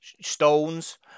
stones